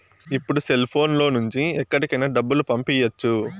ఇప్పుడు సెల్ఫోన్ లో నుంచి ఎక్కడికైనా డబ్బులు పంపియ్యచ్చు